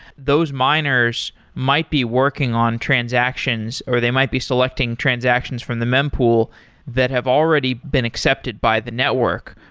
those miners might be working on transactions, or they might be selecting transactions from the mempool that have already been accepted by the network,